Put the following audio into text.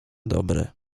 dobry